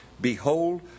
Behold